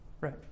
Right